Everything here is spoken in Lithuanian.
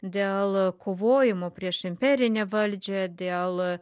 dėl kovojimo prieš imperinę valdžią dėl